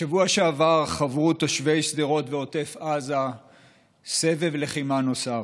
בשבוע שעבר חוו תושבי שדרות ועוטף עזה סבב לחימה נוסף,